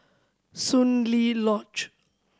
Soon Lee Lodge